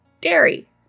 dairy